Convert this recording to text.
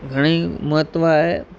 घणेई महत्व आहे